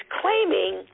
claiming